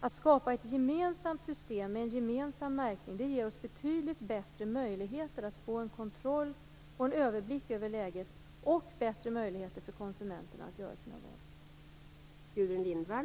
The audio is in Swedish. Att skapa ett gemensamt system med en gemensam märkning ger oss betydligt bättre möjligheter att få en kontroll och en överblick över läget. Det ger även bättre möjligheter för konsumenterna att göra sina val.